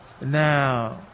Now